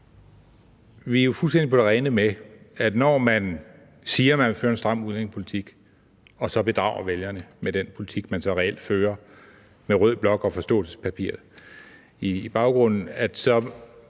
Nej, det vil Venstre ikke. Men når man siger, man vil føre en stram udlændingepolitik og så bedrager vælgerne med den politik, man så reelt fører med rød blok og forståelsespapiret i baggrunden, så